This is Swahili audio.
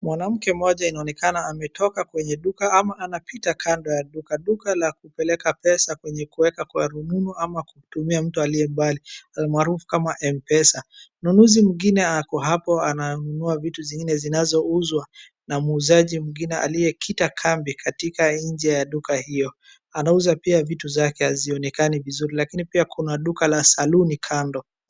Mwanamke mmoja inaonekana ametoka kwenye duka ama anapita kando ya duka. Duka la kupeleka pesa kwenye kuweka kwa rununu ama kutumia mtu aliyembali almaarufu kama M-pesa .Mnunuzi mwingine ako hapo ananua vitu zingine zinazo uuzwa na muuzaji mwingine aliyekita kambi katika nje ya duka hiyo anauza pia vitu zake hazionekani vizuri lakini pia kuna duka la saluni kando.